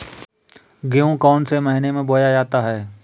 गेहूँ कौन से महीने में बोया जाता है?